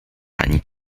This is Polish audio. ani